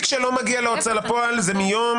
תיק שלא מגיע להוצאה לפועל זה מיום